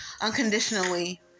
unconditionally